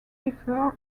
differ